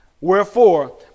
Wherefore